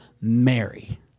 Mary